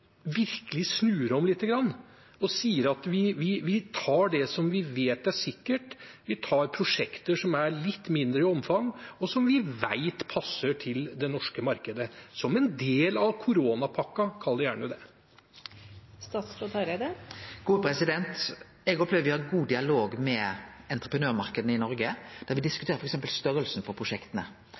virkelig snur om lite grann og sier at vi tar det som vi vet er sikkert, vi tar prosjekter som er litt mindre i omfang, og som vi vet passer til det norske markedet, som en del av koronapakka, kall det gjerne det? Eg opplever å ha god dialog med entreprenørmarknaden i Noreg, der me f.eks. diskuterer størrelsen på